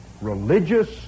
religious